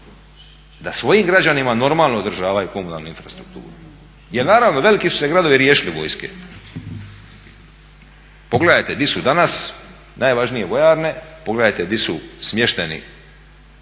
da svojim građanima normalno održavaju komunalnu infrastrukturu. Jer naravno veliki su se gradovi riješili vojske. Pogledajte gdje su danas, najvažnije vojarne, pogledajte gdje su smješteni